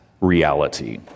reality